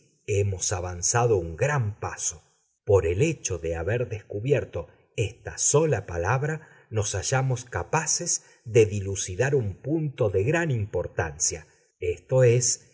hemos avanzado un gran paso por el hecho de haber descubierto esta sola palabra nos hallamos capaces de dilucidar un punto de gran importancia esto es